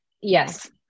yes